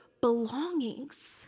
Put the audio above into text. belongings